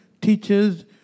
teachers